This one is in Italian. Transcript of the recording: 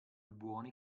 buoni